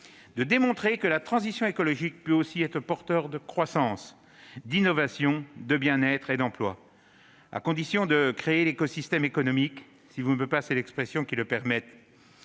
de montrer que la première peut aussi être porteuse de croissance, d'innovations, de bien-être et d'emploi, à condition de créer l'écosystème économique, si vous me passez l'expression, qui le permette.